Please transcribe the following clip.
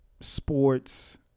sports